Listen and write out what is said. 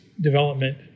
development